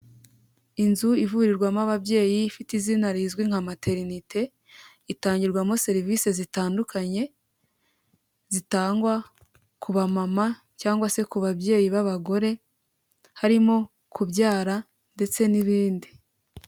Inzu ivurirwamo ababyeyi, ifite izina rizwi nka materinete, itangirwamo serivise zitandukanye zitangwa kuba mama cyangwa se ku babyeyi b'abagore harimo kubyara ndetse n'ibindi.